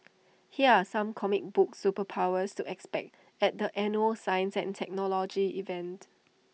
here are some comic book superpowers to expect at the annual science and technology event